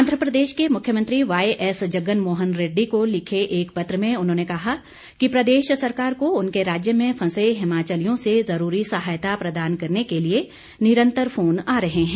आंध्र प्रदेश के मुख्यमंत्री वाईएस जगन मोहन रेड्डी को लिखे एक पत्र में उन्होंने कहा कि प्रदेश सरकार को उनके राज्य में फंसे हिमाचलियों से ज़रूरी सहायता प्रदान करने के लिए निरंतर फोन आ रहे हैं